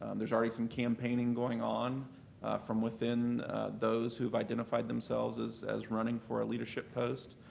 and there's already some campaigning going on from within those who have identified themselves as as running for a leadership post.